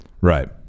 right